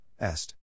est